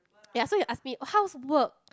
ya so you ask me how's work